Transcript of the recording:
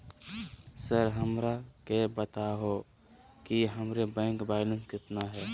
Sir हमरा के बताओ कि हमारे बैंक बैलेंस कितना है?